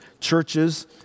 churches